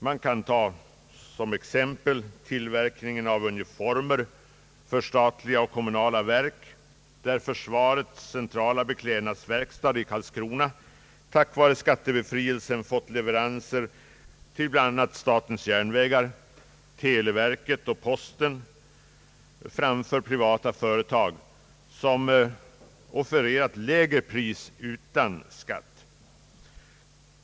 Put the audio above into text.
Man kan ta som exempel tillverkningen av uniformer för statliga och kommunala verk, där försvarets centrala beklädnadsverkstad i Karlskrona tack vare skattebefrielsen fått leveranser till bl.a. statens järnvägar, televerket och posten framför privata företag, som offererat lägre pris utan skatt.